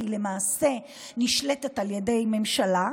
כי היא למעשה נשלטת על ידי ממשלה,